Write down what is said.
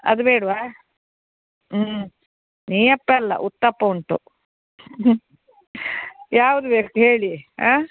ಅದು ಬೇಡವಾ ಹ್ಞೂ ನೆಯ್ಯಪ್ಪ ಅಲ್ಲ ಉತ್ತಪ್ಪ ಉಂಟು ಹ್ಞೂ ಯಾವ್ದು ಬೇಕು ಹೇಳಿ ಹಾಂ